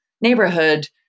neighborhood